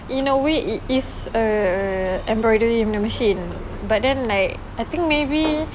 in a way it is err embroidery in a machine but then like I think maybe